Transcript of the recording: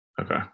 Okay